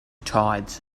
tides